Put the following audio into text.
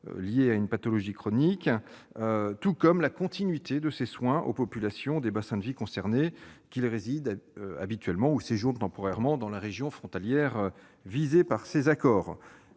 liés à une pathologie chronique, tout comme la continuité de ces soins aux populations des bassins de vie concernés, qu'ils résident habituellement ou séjournent temporairement dans les régions frontalières visées par les accords-cadres.